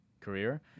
career